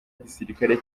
gisirikari